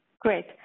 Great